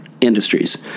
industries